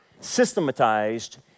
systematized